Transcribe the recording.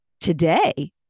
today